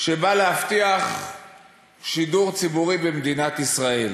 שבא להבטיח שידור ציבורי במדינת ישראל